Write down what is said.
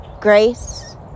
grace